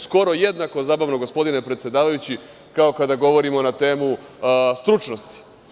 Skoro jednako zabavno, gospodine predsedavajući, kao kada govorimo na temu stručnosti.